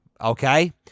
okay